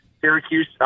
Syracuse